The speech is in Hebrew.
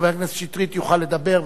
חבר הכנסת שטרית יוכל לדבר,